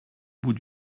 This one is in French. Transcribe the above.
bout